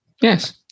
yes